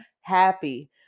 happy